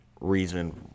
reason